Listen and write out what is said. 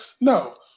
No